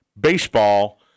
baseball